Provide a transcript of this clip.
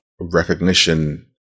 recognition